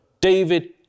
David